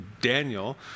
Daniel